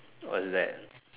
what's that